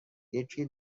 یکی